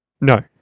No